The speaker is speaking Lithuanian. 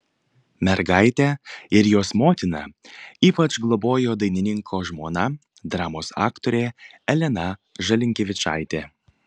mergaitę ir jos motiną ypač globojo dainininko žmona dramos aktorė elena žalinkevičaitė